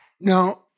Now